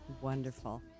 Wonderful